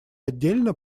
отдельно